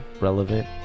Relevant